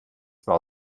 war